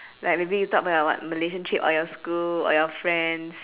like may be you talk about your what malaysia trip or your school or your friends